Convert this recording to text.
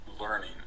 learning